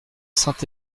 saint